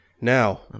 Now